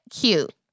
cute